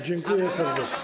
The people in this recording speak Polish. Dziękuję serdecznie.